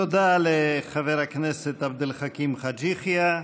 תודה לחבר הכנסת עבד אל חכים חאג' יחיא.